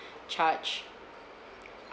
charge